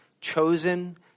chosen